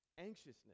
Anxiousness